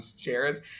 chairs